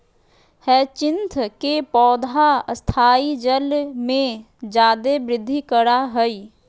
hyacinth के पौधा स्थायी जल में जादे वृद्धि करा हइ